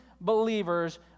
believers